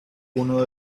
uno